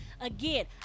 Again